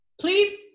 please